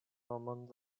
nomon